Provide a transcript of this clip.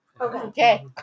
Okay